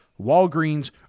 walgreens